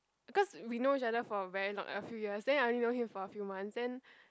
cause we know each other for a very long a few years then I only know him for a few months then